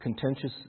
Contentious